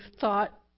thought